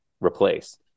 replace